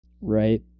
Right